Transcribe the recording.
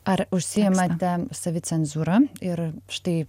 ar užsiimate savicenzūra ir štai